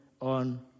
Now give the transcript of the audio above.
on